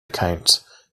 account